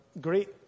great